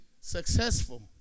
successful